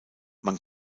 man